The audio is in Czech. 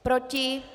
Proti?